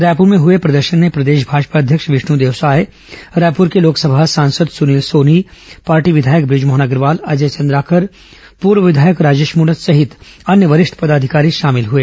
रायपुर में हए प्रदर्शन में प्रदेश भाजपा अध्यक्ष विष्ण देव साय रायपुर के लोक सभा सांसद सुनील सोनी पार्टी विधायक ब्रजमोहन अग्रवाल अजय चंद्राकर पूर्व विधायक राजेश मूणत सहित अन्य वरिष्ठ पदाधिकारी शामिल हुए